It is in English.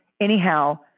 anyhow